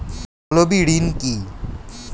তলবি ঋণ কি?